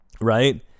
right